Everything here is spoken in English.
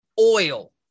oil